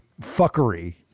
fuckery